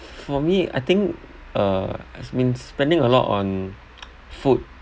for me I think uh I've been spending a lot on food